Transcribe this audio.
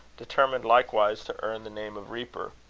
determined likewise to earn the name of reaper.